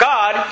God